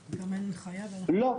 לא!